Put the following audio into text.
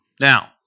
Now